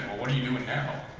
what are you doing now